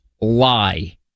lie